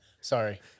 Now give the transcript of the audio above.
Sorry